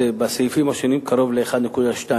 בסעיפים השונים, קרוב ל-1.2